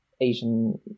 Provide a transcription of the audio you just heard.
asian